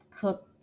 cook